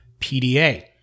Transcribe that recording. PDA